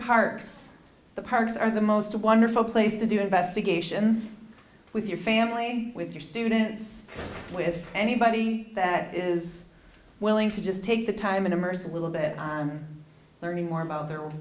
parks the parks are the most wonderful place to do investigations with your family with your students with anybody that is willing to just take the time and immerse a little bit more about their own